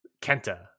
Kenta